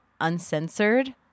Uncensored